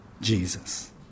Jesus